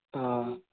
हाँ